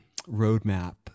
roadmap